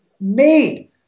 made